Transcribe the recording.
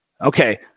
Okay